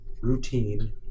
routine